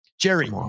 Jerry